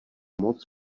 moc